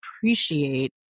appreciate